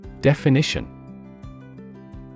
Definition